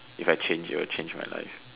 if I change it'll change my life